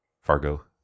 Fargo